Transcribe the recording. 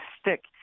stick